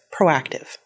proactive